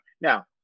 Now